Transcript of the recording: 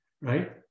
right